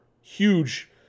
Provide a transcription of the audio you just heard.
Huge